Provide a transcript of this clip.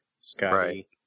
Scotty